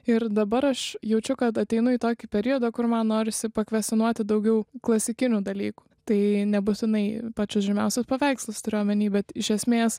ir dabar aš jaučiu kad ateinu į tokį periodą kur man norisi pakvesionuoti daugiau klasikinių dalykų tai nebūtinai pačius žymiausius paveikslus turiu omeny bet iš esmės